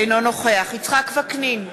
אינו נוכח יצחק וקנין,